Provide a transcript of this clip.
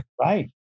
Right